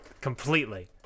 completely